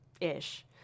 ish